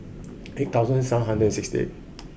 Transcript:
eight thousand seven hundred and sixty eight